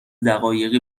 دقایقی